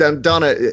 Donna